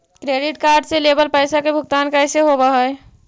Credit card से लेवल पैसा के भुगतान कैसे होव हइ?